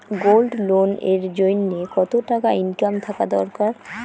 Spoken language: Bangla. গোল্ড লোন এর জইন্যে কতো টাকা ইনকাম থাকা দরকার?